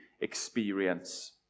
experience